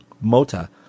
Mota